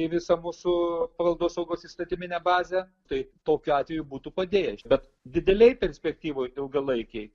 į visą mūsų paveldosaugos įstatyminę bazę tai tokiu atveju būtų padėję bet didelėj perspektyvoj ilgalaikėj